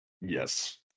Yes